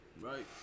Right